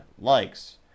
likes